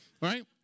right